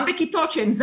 גם בכיתות ז',